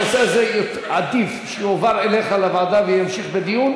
שהנושא הזה יועבר אליך לוועדה ויימשך בה הדיון,